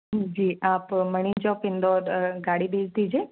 जी आप मणि चौक इंदौर गाड़ी भेज दीजिए